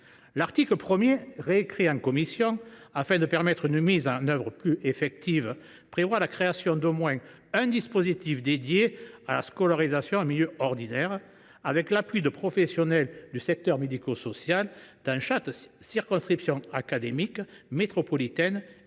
L’article 1, réécrit en commission afin de permettre une mise en œuvre plus effective, prévoit la création d’au moins un dispositif dédié à la scolarisation en milieu ordinaire, avec l’appui de professionnels du secteur médico social, dans chaque circonscription académique métropolitaine et académie